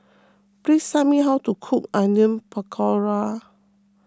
please tell me how to cook Onion Pakora